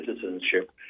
citizenship